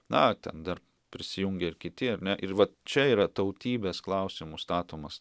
na ten dar prisijungė ir kiti ar ne ir va čia yra tautybės klausimu statomas